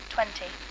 Twenty